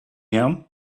him